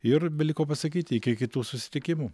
ir beliko pasakyti iki kitų susitikimų